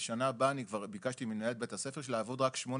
ולשנה הבאה ביקשתי ממנהלת בית הספר לעבוד רק שמונה